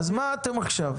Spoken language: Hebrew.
אז מה אתם עכשיו?